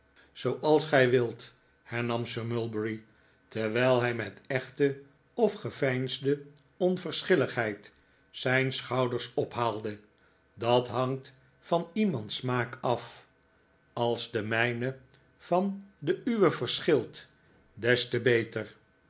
zooals gij wilt hernam sir mulberry terwijl hij met echte of geveinsde onverschilligheid zijn schouders ophaalde dat hangt van iemands smaak af als de mijne nobele overwegingen van sir mulberry hawk van den uwen verschilt des te beter